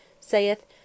saith